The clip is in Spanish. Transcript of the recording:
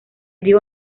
dio